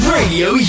Radio